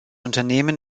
unternehmen